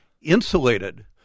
insulated